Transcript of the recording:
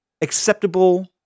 acceptable